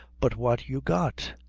but what you got?